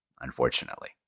unfortunately